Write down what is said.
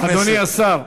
אדוני השר,